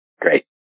great